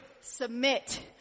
Submit